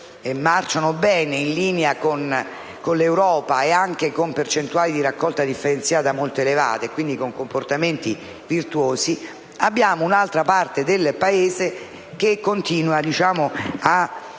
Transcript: marciano bene e in linea con l'Europa, con percentuali di raccolta differenziata molto elevate e quindi con comportamenti virtuosi, vi sia un'altra parte del Paese che continua a lavorare